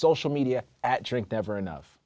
social media at drink never enough